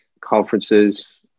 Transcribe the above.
conferences